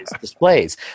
displays